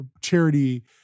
charity